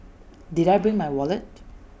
did I bring my wallet